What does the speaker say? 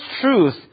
truth